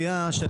(היו"ר שלי טל מירון, 10:31)